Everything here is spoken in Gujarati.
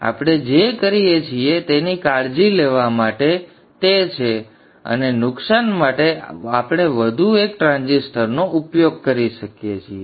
તેથી આપણે જે કરીએ છીએ તેની કાળજી લેવા માટે તે છે અને નુકસાન માટે આપણે વધુ એક ટ્રાન્ઝિસ્ટરનો ઉપયોગ કરીએ છીએ